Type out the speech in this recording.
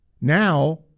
now